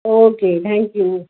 okay thank you